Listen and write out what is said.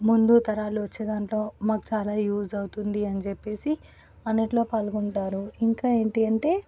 ముందు తరాలు వచ్చేదాంట్లో మాకు చాలా యూస్ అవుతుంది అని చెప్పేసి అన్నిట్లో పాల్గొంటారు ఇంకా ఏంటి అంటే